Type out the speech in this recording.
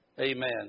Amen